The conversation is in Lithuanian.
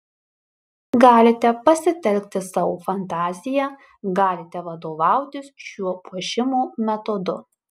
galite pasitelkti savo fantaziją galite vadovautis šiuo puošimo metodu